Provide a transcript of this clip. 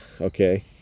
okay